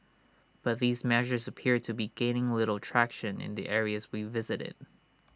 but these measures appear to be gaining little traction in the areas we visited